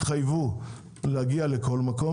הוט התחייבו להגיע לכל מקום.